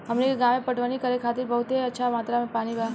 हमनी के गांवे पटवनी करे खातिर बहुत अच्छा मात्रा में पानी बा